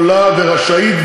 יכולה ורשאית,